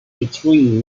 between